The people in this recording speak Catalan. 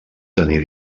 tenir